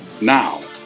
Now